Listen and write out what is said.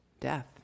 death